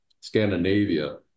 Scandinavia